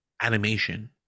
animation